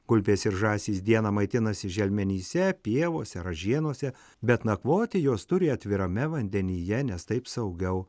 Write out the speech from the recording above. gulbės ir žąsys dieną maitinasi želmenyse pievose ražienose bet nakvoti jos turi atvirame vandenyje nes taip saugiau